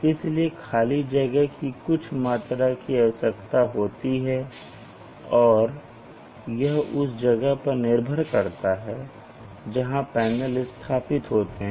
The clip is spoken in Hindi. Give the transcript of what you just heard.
इसलिए खाली जगह की कुछ मात्रा की आवश्यकता होती है और यह उस जगह पर निर्भर करता है जहां पैनल स्थापित होते हैं